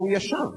והוא ישב.